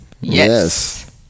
Yes